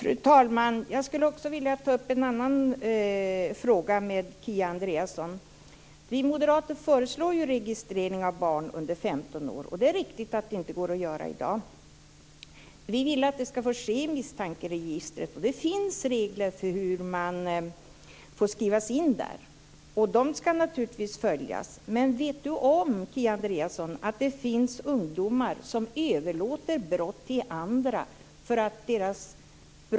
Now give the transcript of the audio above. Fru talman! Jag skulle också vilja ta upp en annan fråga med Kia Andreasson. Vi moderater föreslår ju registrering av barn under 15 år. Det är riktigt att det inte går att göra i dag. Vi vill att det ska få ske i misstankeregistret. Det finns regler för hur man får skrivas in där, och de ska naturligtvis följas. Men vet Kia Andreasson om att det finns ungdomar som överlåter brott till andra?